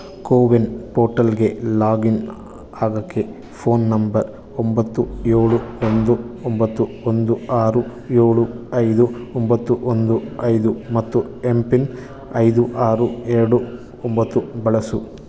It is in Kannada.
ಕೋವಿನ್ ಪೋಟಲ್ಗೆ ಲಾಗಿನ್ ಆಗಕ್ಕೆ ಫೋನ್ ನಂಬರ್ ಒಂಬತ್ತು ಏಳು ಒಂದು ಒಂಬತ್ತು ಒಂದು ಆರು ಏಳು ಐದು ಒಂಬತ್ತು ಒಂದು ಐದು ಮತ್ತು ಎಂ ಪಿನ್ ಐದು ಆರು ಎರಡು ಒಂಬತ್ತು ಬಳಸು